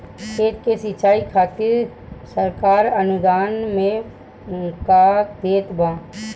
खेत के सिचाई खातिर सरकार अनुदान में का देत बा?